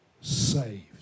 saved